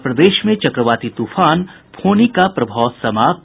और प्रदेश में चक्रवाती तूफान फोनी का प्रभाव समाप्त